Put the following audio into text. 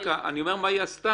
אני אומר מה היא עשתה.